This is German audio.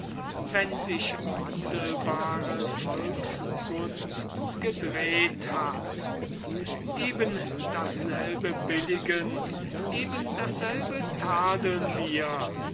wenn sich wandelbare volksgunst gedreht hat eben dasselbe billigen eben dasselbe tadeln wir